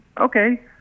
Okay